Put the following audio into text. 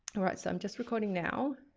alright, so i'm just recording now